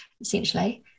essentially